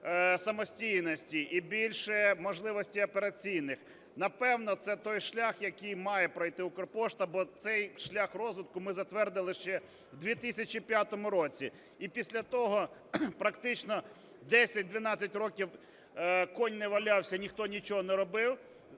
самостійності, і більше можливості операційних. Напевно, це той шлях, який має пройти Укрпошта, бо цей шлях розвитку ми затвердили ще в 2005 році. І після того, практично 10-12 років "конь не валявся" ніхто нічого не робив,